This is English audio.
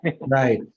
Right